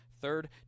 third